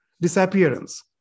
disappearance